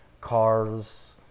cars